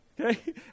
okay